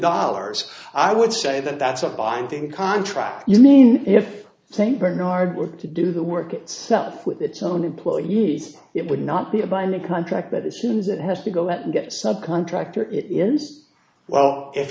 dollars i would say that that's a binding contract you mean if st bernard were to do the work itself with its own employees it would not be a binding contract that assumes it has to go out and get a subcontractor it is well if